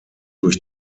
durch